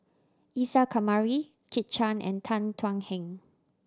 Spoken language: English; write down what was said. Isa Kamari Kit Chan and Tan Thuan Heng